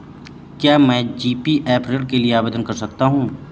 क्या मैं जी.पी.एफ ऋण के लिए आवेदन कर सकता हूँ?